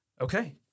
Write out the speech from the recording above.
Okay